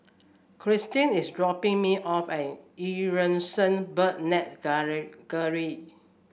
Christin is dropping me off at Eu Yan Sang Bird Net